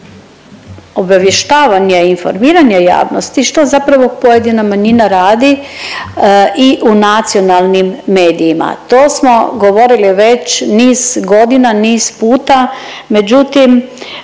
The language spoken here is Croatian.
obavještavanje i informiranje javnosti što zapravo pojedina manjina radi i u nacionalnim medijima. To smo govorili već niz godina, niz puta, međutim